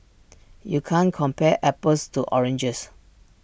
you can't compare apples to oranges